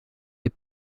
des